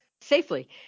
safely